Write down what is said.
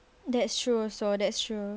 that's true also that's true